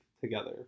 together